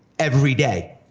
every day.